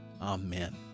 Amen